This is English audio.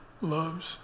loves